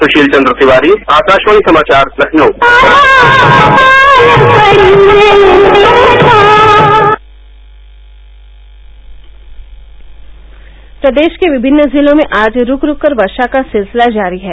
सुशील चंद्र तिवारी आकाशवाणी समाचार लखनऊ प्रदेश के विभिन्न जिलों में आज रूक रूक कर वर्षा का सिलसिला जारी है